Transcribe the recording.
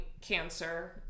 cancer